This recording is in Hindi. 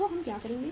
तो हम क्या करेंगे